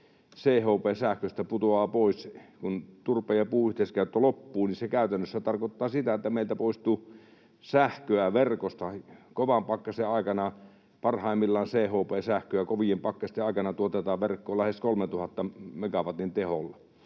CHP-sähköstä putoaa pois, kun turpeen ja puun yhteiskäyttö loppuu. Se käytännössä tarkoittaa sitä, että meiltä poistuu sähköä verkosta kovan pakkasen aikana. Parhaimmillaan CHP-sähköä kovien pakkasten aikana tuotetaan verkkoon lähes 3 000 megawatin teholla.